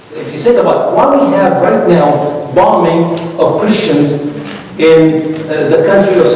if you said about bombing you know bombing of christians in the country